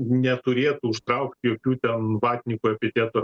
neturėtų užtraukti jokių ten matininkų epitetų